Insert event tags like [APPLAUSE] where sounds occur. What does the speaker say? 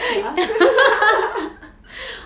[LAUGHS]